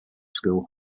school